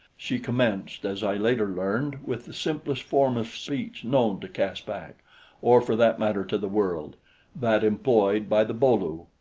she commenced, as i later learned, with the simplest form of speech known to caspak or for that matter to the world that employed by the bo-lu.